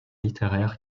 littéraire